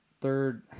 third